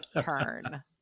turn